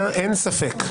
אין ספק,